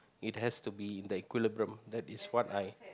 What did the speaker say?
it has to be in the equilibrium that is what I